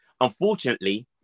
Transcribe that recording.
unfortunately